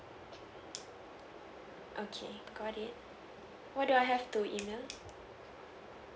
okay got it what do I have to email